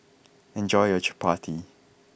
enjoy your Chapati